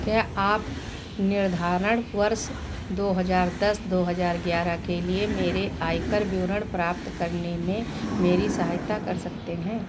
क्या आप निर्धारण वर्ष दो हज़ार दस दो हज़ार ग्यारह के लिए मेरा आयकर विवरण प्राप्त करने में मेरी सहायता कर सकते हैं